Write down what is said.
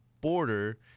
border